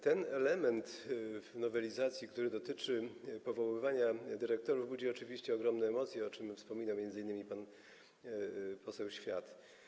Ten element nowelizacji, który dotyczy powoływania dyrektorów, budzi oczywiście ogromne emocje, o czym wspominał m.in. pan poseł Świat.